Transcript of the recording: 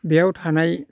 बेयाव थानाय